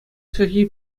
чӗлхи